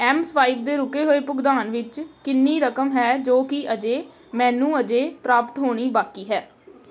mSwipe ਦੇ ਰੁਕੇ ਹੋਏ ਭੁਗਤਾਨ ਵਿੱਚ ਕਿੰਨੀ ਰਕਮ ਹੈ ਜੋ ਕਿ ਅਜੇ ਮੈਨੂੰ ਅਜੇ ਪ੍ਰਾਪਤ ਹੋਣੀ ਬਾਕੀ ਹੈ